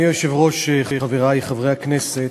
אדוני היושב-ראש, חברי חברי הכנסת,